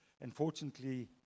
Unfortunately